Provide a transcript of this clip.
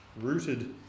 rooted